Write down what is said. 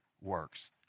works